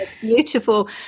beautiful